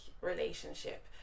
relationship